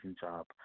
job